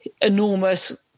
enormous